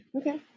okay